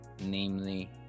Namely